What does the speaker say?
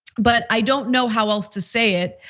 but i don't know how else to say it.